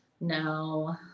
No